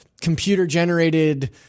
computer-generated